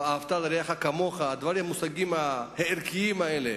ואהבת לרעך כמוך, המושגים הערכיים האלה